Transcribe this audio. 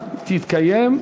תתקיים.